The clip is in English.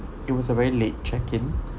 it was a very late check in